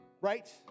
right